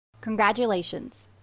Congratulations